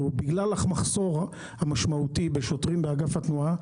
בגלל המחסור המשמעותי בשוטרים באגף התנועה,